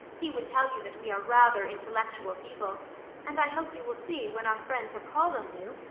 he would tell you that we are rather intellectual people and i hope you will see, when our friends have called on you,